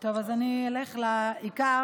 אז אני אלך לעיקר.